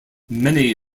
many